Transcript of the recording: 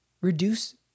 reduce